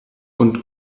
und